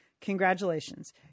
congratulations